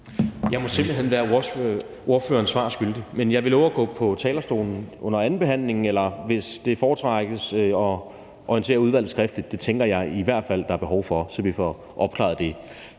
Jeg må simpelt hen være ordføreren svar skyldig, men jeg vil love at gå på talerstolen under andenbehandlingen eller, hvis det foretrækkes, at orientere udvalget skriftligt. Det tænker jeg i hvert fald der er behov for, så vi får opklaret det.